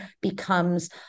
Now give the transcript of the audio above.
becomes